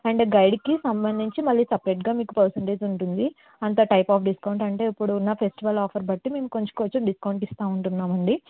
and గైడ్కి సంబంధించి మళ్ళీ సపరేట్గా మీకు పర్సంటేజ్ ఉంటుంది అంటే అంత టైప్ ఆఫ్ డిస్కౌంట్ అంటే ఇప్పుడు ఉన్న ఫెస్టివల్ ఆఫర్ బట్టి ఇప్పుడు కొంచెం కొంచెం డిస్కౌంట్ ఇస్తు ఉంటున్నాం అండి